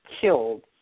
killed